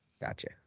gotcha